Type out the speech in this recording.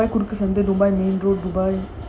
so dubai include dubai